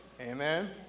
Amen